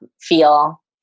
feel